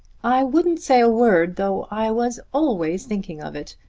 i wouldn't say a word though i was always thinking of it.